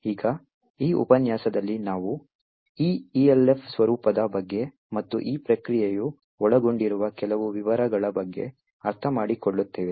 ಈಗ ಈ ಉಪನ್ಯಾಸದಲ್ಲಿ ನಾವು ಈ Elf ಸ್ವರೂಪದ ಬಗ್ಗೆ ಮತ್ತು ಈ ಪ್ರಕ್ರಿಯೆಯು ಒಳಗೊಂಡಿರುವ ಕೆಲವು ವಿವರಗಳ ಬಗ್ಗೆ ಅರ್ಥಮಾಡಿಕೊಳ್ಳುತ್ತೇವೆ